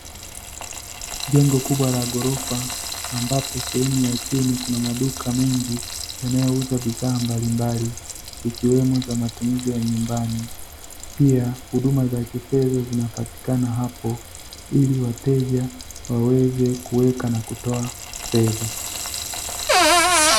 Jengo kubwa la ghorofa ambapo sehemu ya chini kuna maduka mengi, yanayouza bidhaa mbalimbali. Ikiwemo za matumizi ya nyumbani. Pia huduma za kifedha zinapitikana hapo, ili wateja waweze kutoa na kuweka fedha.